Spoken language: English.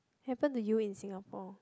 happen to you in Singapore